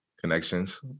Connections